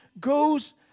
goes